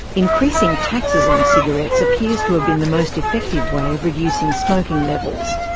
increasing taxes on cigarettes appears to have been the most effective way of reducing smoking levels.